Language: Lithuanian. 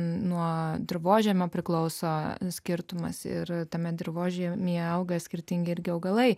nuo dirvožemio priklauso skirtumas ir tame dirvožemyje auga skirtingi irgi augalai